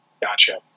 Gotcha